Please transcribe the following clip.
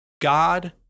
God